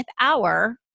hour